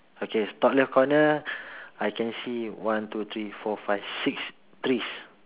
okay top left corner I can see one two three four five six trees